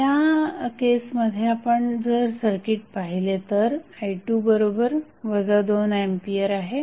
त्या केसमध्येआपण जर सर्किट पाहिले तर i2 2A आहे